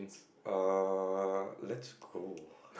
uh that's cool